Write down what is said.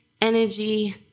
energy